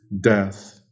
death